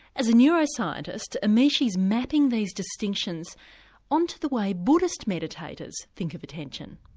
as a neuroscientist, amishi is mapping these distinctions onto the way buddhist meditators think of attention.